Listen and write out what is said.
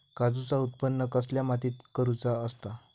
काजूचा उत्त्पन कसल्या मातीत करुचा असता?